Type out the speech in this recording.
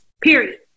Period